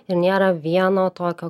ir nėra vieno tokio